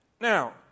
Now